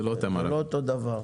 זה לא אותו דבר.